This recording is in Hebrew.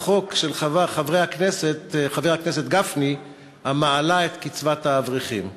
החוק של חבר הכנסת גפני המעלה את קצבת האברכים.